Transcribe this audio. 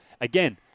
Again